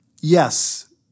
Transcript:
Yes